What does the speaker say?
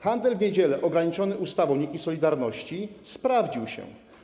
Handel w niedzielę ograniczony ustawą „Solidarności” sprawdził się.